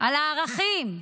על הערכים,